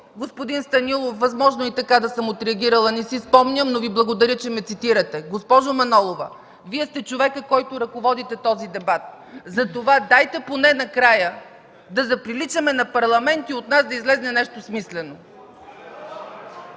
Господин Станилов, възможно е и така да съм отреагирала, не си спомням, но Ви благодаря, че ме цитирате. Госпожо Манолова, Вие сте човекът, който ръководи този дебат, затова дайте поне накрая да заприличаме на парламент и от нас да излезе нещо смислено.